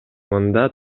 мында